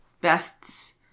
bests